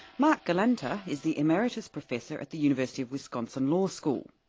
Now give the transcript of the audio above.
marc galanter is the emeritus professor at the university of wisconsin law school.